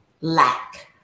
lack